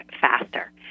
faster